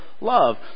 love